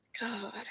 God